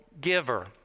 giver